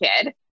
kid